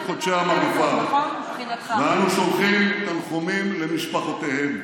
חודשי המגפה ואנו שולחים תנחומים למשפחותיהם.